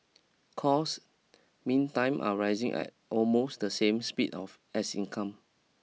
costs meantime are rising at almost the same speed of as income